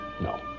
No